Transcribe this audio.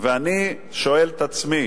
ואני שואל את עצמי,